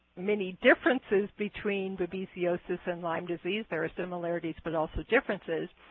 many differences between babesiosis and lyme disease there are similarities but also differences.